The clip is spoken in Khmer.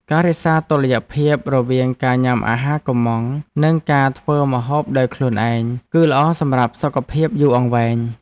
ការរក្សាតុល្យភាពរវាងការញ៉ាំអាហារកុម្ម៉ង់ និងការធ្វើម្ហូបដោយខ្លួនឯង គឺល្អសម្រាប់សុខភាពយូរអង្វែង។